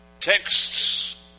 texts